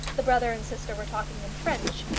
the brother and sister were talking in french,